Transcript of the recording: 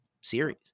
series